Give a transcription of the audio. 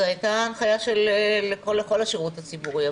זאת הייתה הנחיה לכל השירות הציבורי.